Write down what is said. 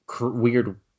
weird